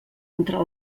entre